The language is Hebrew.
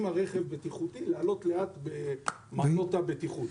אם הרכב בטיחותי, לעלות לאט במעלות הבטיחות.